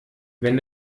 wenn